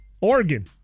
oregon